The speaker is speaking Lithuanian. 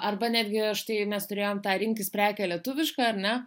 arba netgi štai mes turėjom tą rinkis prekę lietuvišką ar ne